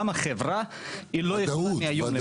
גם החברה לא יכולה מהיום למחר.